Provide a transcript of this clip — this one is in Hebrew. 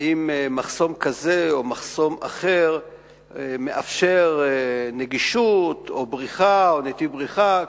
האם מחסום כזה או מחסום אחר מאפשר נגישות או נתיב בריחה,